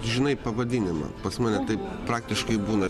žinai pavadinimą pas mane taip praktiškai būna